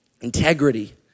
Integrity